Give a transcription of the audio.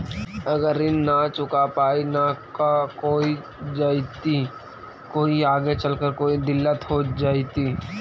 अगर ऋण न चुका पाई न का हो जयती, कोई आगे चलकर कोई दिलत हो जयती?